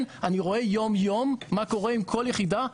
אני רואה יום יום מה קורה עם כל יחידה,